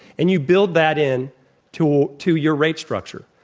and you build that in to to your rate structure.